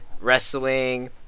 wrestling